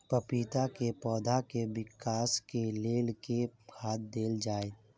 पपीता केँ पौधा केँ विकास केँ लेल केँ खाद देल जाए?